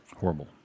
Horrible